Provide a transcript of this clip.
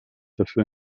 dafür